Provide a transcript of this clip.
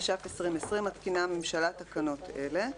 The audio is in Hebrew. התש"ף-2020 מתקינה הממשלה תקנות אלה".